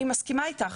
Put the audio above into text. אני מסכימה איתך.